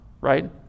right